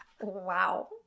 Wow